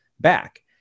back